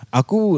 aku